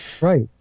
Right